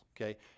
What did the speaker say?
okay